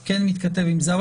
כן מתכתב עם זה.